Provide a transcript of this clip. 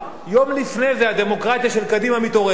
יום לפני זה הדמוקרטיה של קדימה מתעוררת,